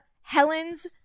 Helen's